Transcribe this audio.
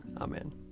Amen